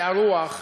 שאר רוח,